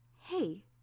hey